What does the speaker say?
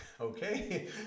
okay